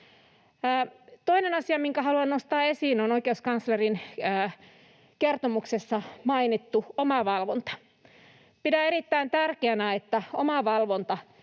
Toinen asia, minkä haluan nostaa esiin, on oikeuskanslerin kertomuksessa mainittu omavalvonta. Pidän erittäin tärkeänä, että omavalvonta